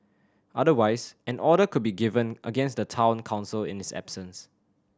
otherwise an order could be given against the Town Council in its absence